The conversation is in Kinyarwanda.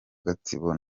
gatsibo